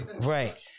Right